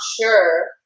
sure